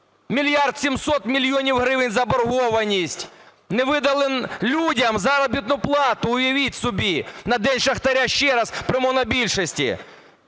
мільярд 700 мільйонів гривень заборгованість. Не видали людям заробітну плату, уявіть собі, на День шахтаря, ще раз, при монобільшості.